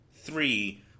three